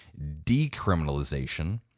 decriminalization